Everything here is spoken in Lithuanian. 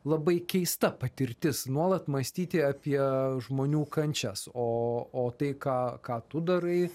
labai keista patirtis nuolat mąstyti apie žmonių kančias o o tai ką ką tu darai